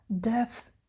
death